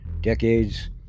Decades